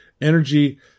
energy